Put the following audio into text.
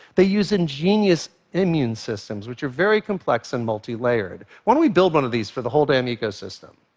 they use ingenious immune systems, which are very complex and multilayered. why don't we build one of these for the whole damn ecosystem?